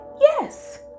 yes